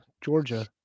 Georgia